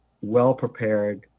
well-prepared